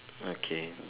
okay